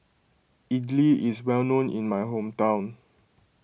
Idili is well known in my hometown